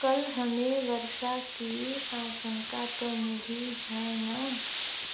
कल हमें वर्षा की आशंका तो नहीं है ना